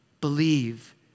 believe